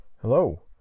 Hello